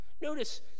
Notice